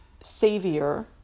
savior